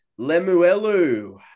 Lemuelu